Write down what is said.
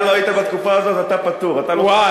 אוי ואבוי.